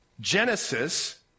Genesis